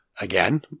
Again